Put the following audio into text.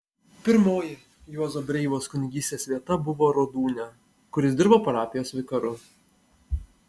pirmoji juozo breivos kunigystės vieta buvo rodūnia kur jis dirbo parapijos vikaru